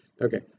Okay